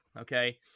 okay